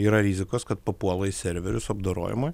yra rizikos kad papuola į serverius apdorojama